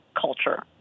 culture